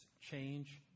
Change